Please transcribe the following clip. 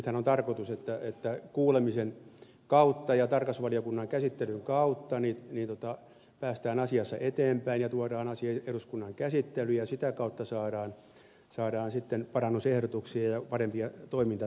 nythän on tarkoitus että kuulemisen kautta ja tarkastusvaliokunnan käsittelyn kautta päästään asiassa eteenpäin ja tuodaan asia eduskunnan käsittelyyn ja sitä kautta saadaan sitten parannusehdotuksia ja parempia toimintatapoja